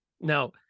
Now